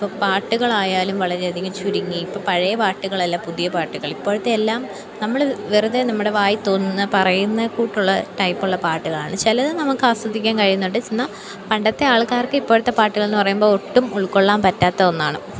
ഇപ്പം പാട്ടുകളായാലും വളരെയധികം ചുരുങ്ങി ഇപ്പം പഴയ പാട്ടുകളല്ല പുതിയ പാട്ടുകൾ ഇപ്പോഴെത്തെ എല്ലാം നമ്മൾ വെറുതെ നമ്മുടെ വായിൽ തോന്നുന്ന പറയുന്ന കൂട്ടുള്ള ടൈപ്പുള്ള പാട്ടുകളാണ് ചിലത് നമുക്ക് ആസ്വദിക്കാൻ കഴിയുന്നുണ്ട് എന്നാൽ പണ്ടെത്തെ ആൾക്കാർക്ക് ഇപ്പോഴത്തെ പാട്ടുകൾ എന്ന് പറയുമ്പോൾ ഒട്ടും ഉൾക്കൊള്ളാൻ പറ്റാത്ത ഒന്നാണ്